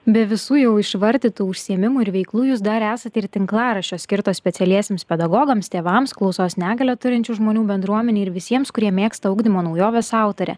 be visų jau išvardytų užsiėmimų ir veiklų jūs dar esate ir tinklaraščio skirto specialiesiems pedagogams tėvams klausos negalią turinčių žmonių bendruomenei ir visiems kurie mėgsta ugdymo naujoves autorė